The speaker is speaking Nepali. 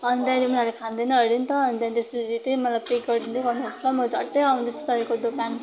अन्त त्यहाँदेखि उनीहरूले खाँदैन हरे नि त अन्त त्यसपछि चाहिँ मलाई प्याक गरिदिँदै गर्नुहोस् न ल म झट्टै औँदैछु तपाईँको दोकान